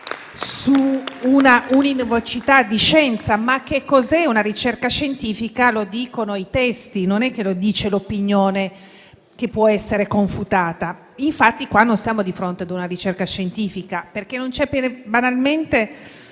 su una univocità di scienza; che cos'è una ricerca scientifica lo dicono i testi, non lo dice l'opinione, che può essere confutata. Infatti in questo caso non siamo di fronte ad una ricerca scientifica, perché banalmente